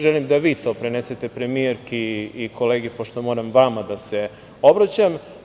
Želim da vi to prenesete premijerki i kolegi, pošto moram vama da se obraćam.